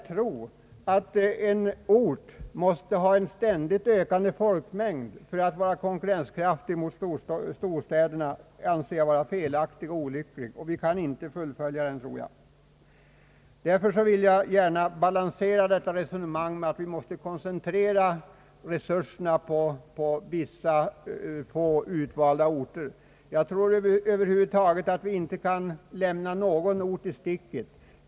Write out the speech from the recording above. Tron på att en ort måste ha en ständigt ökande folkmängd för att vara konkurrenskraftig gentemot storstäderna anser jag vara felaktig och olycklig. Vi kan troligen inte fullfölja det resonemanget, och därför vill jag balansera detta tal om att resurserna måste koncentreras. Jag tror att vi över huvud taget inte kan lämna någon ort i sticket.